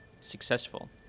successful